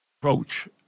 approach